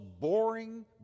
boring